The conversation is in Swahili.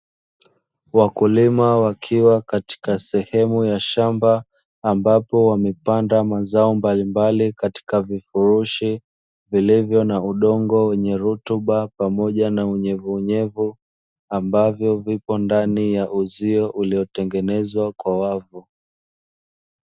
Wakulima wakiwa katika sehemu ya shamba, ambapo wamepanda mazao mbalimbali katika vifurushi, vilivyo na udongo wenye rutuba pamoja na unyevuunyevu, ambavyo vipo ndani ya uzio uliotengenezwa kwa wavu.